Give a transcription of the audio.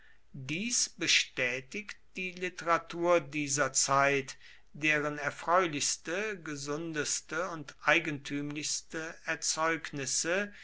dies bestätigt die literatur dieser zeit deren erfreulichste gesundeste und eigentümlichste erzeugnisse